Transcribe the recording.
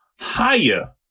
higher